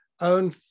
own